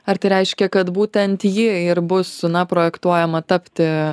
ar tai reiškia kad būtent i ir bus projektuojama tapti